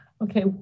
okay